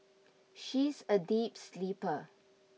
she's a deep sleeper